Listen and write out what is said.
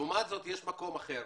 לעומת זאת, יש מקום אחר